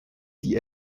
die